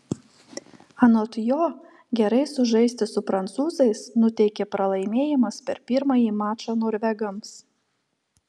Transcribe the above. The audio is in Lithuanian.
anot jo gerai sužaisti su prancūzais nuteikė pralaimėjimas per pirmąjį mačą norvegams